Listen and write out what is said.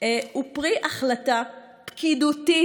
הוא פרי החלטה פקידותית,